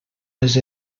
les